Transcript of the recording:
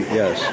yes